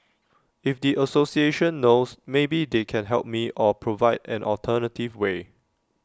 if the association knows maybe they can help me or provide an alternative way